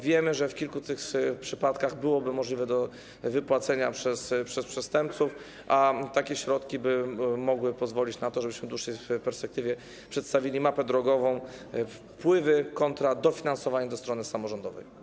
Wiemy, że w kilku przypadkach byłoby to możliwe do zapłacenia przez przestępców, a takie środki mogłyby pozwolić na to, żebyśmy w dłuższej perspektywie przedstawili mapę drogową: wpływy kontra dofinansowanie dla strony samorządowej.